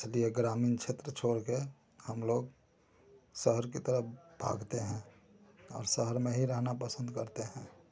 इसलिए ग्रामीण क्षेत्र छोड़ कर हम लोग शहर की तरफ भागते हैं और शहर में ही रहना पसंद करते हैं